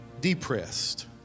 depressed